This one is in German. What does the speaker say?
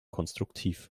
konstruktiv